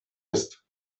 ist